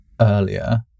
earlier